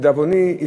לדאבוני,